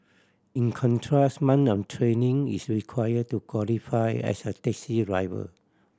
in contrast month of training is require to qualify as a taxi driver